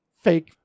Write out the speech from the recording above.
fake